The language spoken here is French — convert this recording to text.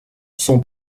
son